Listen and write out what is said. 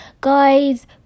Guys